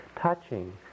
touching